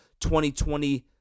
2020